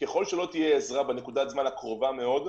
ככל שלא תהיה עזרה בנקודת הזמן הקרובה מאוד,